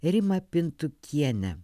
rimą pintukienę